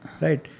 Right